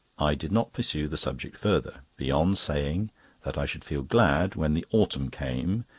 i did not pursue the subject further, beyond saying that i should feel glad when the autumn came,